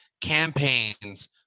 campaigns